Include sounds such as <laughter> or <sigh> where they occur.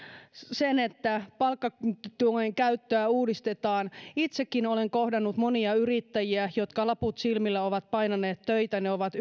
sen että palkkatuen käyttöä uudistetaan itsekin olen kohdannut monia yrittäjiä jotka laput silmillä ovat painaneet töitä he ovat <unintelligible>